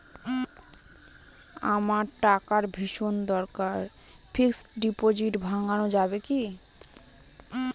আমার টাকার ভীষণ দরকার ফিক্সট ডিপোজিট ভাঙ্গানো যাবে কি?